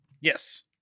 Yes